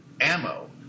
ammo